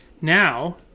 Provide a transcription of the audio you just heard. Now